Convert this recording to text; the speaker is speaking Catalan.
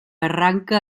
arranque